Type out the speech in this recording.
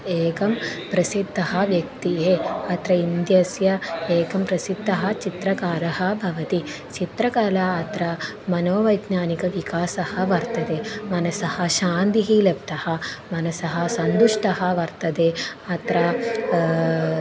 एकं प्रसिद्धः व्यक्तिः अत्र इन्दिया एकं प्रसिद्धः चित्रकारः भवति चित्रकला अत्र मनोवैज्ञानिकविकासः वर्तते मनसः शान्तिः लब्धः मनसः सन्तुष्टः वर्तते अत्र